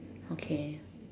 okay